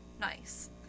nice